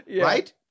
right